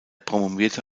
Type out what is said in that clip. promovierte